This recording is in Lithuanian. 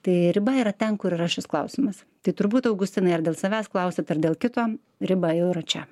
tai riba yra ten kur yra šis klausimas tai turbūt augustinai ar dėl savęs klausiat ar dėl kito riba jau yra čia